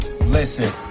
Listen